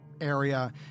area